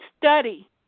study